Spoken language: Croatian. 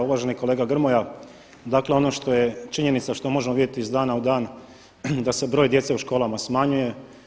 Uvaženi kolega Grmoja, dakle ono što je činjenica što možemo vidjeti iz dana u dan da se broj djece u školama smanjuje.